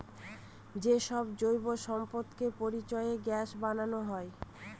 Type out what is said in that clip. যে সব জৈব সম্পদকে পচিয়ে গ্যাস বানানো হয়